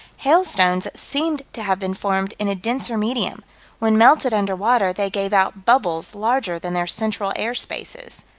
hailstones that seemed to have been formed in a denser medium when melted under water they gave out bubbles larger than their central air spaces.